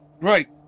right